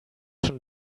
schon